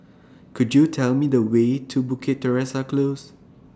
Could YOU Tell Me The Way to Bukit Teresa Close